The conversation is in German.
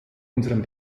unseren